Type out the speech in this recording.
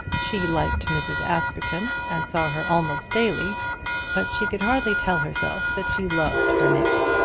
she liked mrs. askerton, and saw her almost daily but she could hardly tell herself that she loved her neighbour.